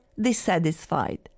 dissatisfied